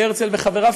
של הרצל וחבריו,